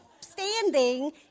standing